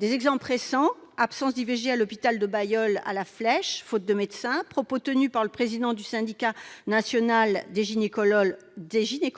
Des exemples récents, notamment l'absence d'IVG à l'hôpital du Bailleul à La Flèche, faute de médecins, et les propos tenus par le président du Syndicat national des gynécologues et